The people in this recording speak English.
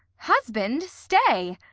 husband, stay.